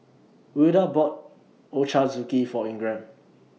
Wilda bought Ochazuke For Ingram